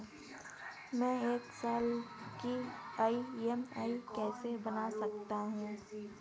मैं एक साल की ई.एम.आई कैसे बना सकती हूँ?